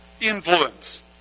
Influence